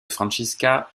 franziska